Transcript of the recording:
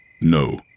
No